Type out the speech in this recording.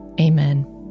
Amen